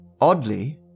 oddly